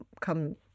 come